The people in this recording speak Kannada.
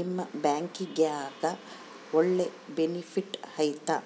ನಿಮ್ಮ ಬ್ಯಾಂಕಿನ್ಯಾಗ ಒಳ್ಳೆ ಬೆನಿಫಿಟ್ ಐತಾ?